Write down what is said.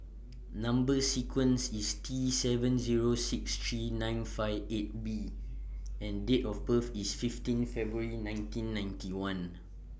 Number sequence IS T seven Zero six three nine five eight B and Date of birth IS fifteen February nineteen ninety one